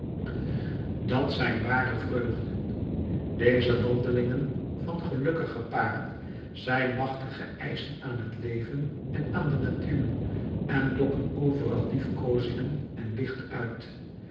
dat zijn ware vreugden deze wandelingen van gelukkige paren zijn machtige eischen aan het leven en aan de natuur en lokken overal liefkoozingen en licht uit